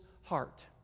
heart